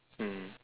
mm